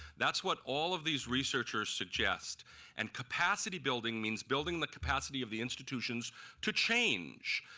that's what all of these researchers suggest and capacity building means building the capacity of the institutions to change.